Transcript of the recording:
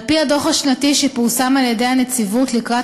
על-פי הדוח השנתי שפורסם על-ידי הנציבות לקראת